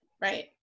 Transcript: Right